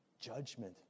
judgment